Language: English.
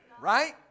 Right